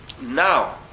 now